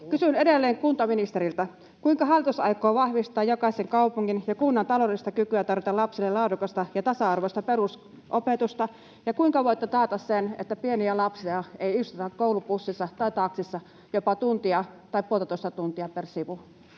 Kysyn edelleen kuntaministeriltä: Kuinka hallitus aikoo vahvistaa jokaisen kaupungin ja kunnan taloudellista kykyä tarjota lapsille laadukasta ja tasa-arvoista perusopetusta? Ja kuinka voitte taata sen, että pieniä lapsia ei istuteta koulubussissa tai ‑taksissa jopa tuntia tai puoltatoista tuntia per sivu?